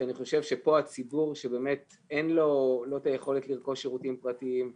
אני חושב שפה הציבור שבאמת אין לו את היכולת לרכוש שירותים פרטיים,